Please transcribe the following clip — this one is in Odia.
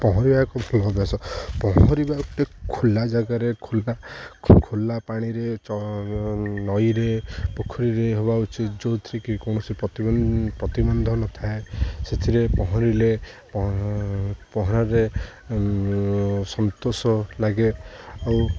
ପହଁରିବା ଏକ ଭଲ ଅଭ୍ୟାସ ପହଁରିବା ଗୋଟେ ଖୋଲା ଜାଗାରେ ଖୋଲା ଖୋଲା ପାଣିରେ ନଈରେ ପୋଖରୀରେ ହବା ଉଚିତ ଯେଉଁଥିରେ କି କୌଣସି ପ୍ରତିିବନ୍ଧ ନଥାଏ ସେଥିରେ ପହଁରିଲେ ପହଁରାରେ ସନ୍ତୋଷ ଲାଗେ ଆଉ